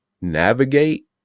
navigate